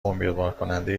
امیدوارکننده